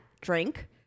drink